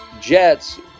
Jets